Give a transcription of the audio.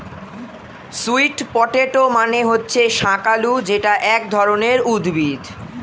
sweet potato মানে হচ্ছে শাকালু যেটা এক ধরনের উদ্ভিদ